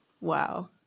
Wow